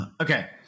okay